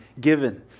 given